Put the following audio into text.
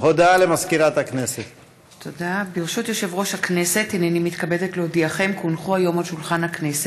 הישיבה השלוש-מאות-ושמונים-ותשע של הכנסת העשרים יום שני,